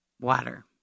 water